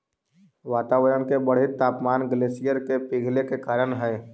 वातावरण के बढ़ित तापमान ग्लेशियर के पिघले के कारण हई